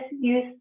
use